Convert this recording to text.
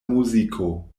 muziko